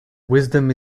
wisdom